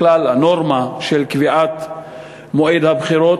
בכלל הנורמה של קביעת מועד הבחירות,